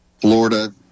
Florida